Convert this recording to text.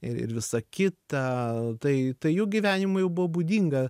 ir ir visa kita tai tai jų gyvenimui jau buvo būdinga